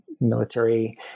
military